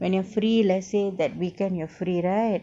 when you are free let's say that weekend you are free right